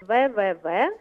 vė vė vė